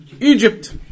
Egypt